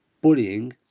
bullying